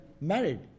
married